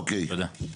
תודה.